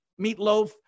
meatloaf